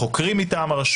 לחוקרים מטעמה,